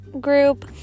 group